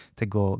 tego